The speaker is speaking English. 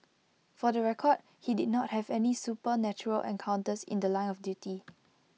for the record he did not have any supernatural encounters in The Line of duty